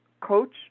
coach